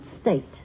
state